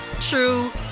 true